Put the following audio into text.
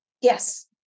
Yes